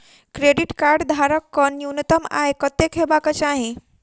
Credit card धारक कऽ न्यूनतम आय कत्तेक हेबाक चाहि?